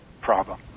problem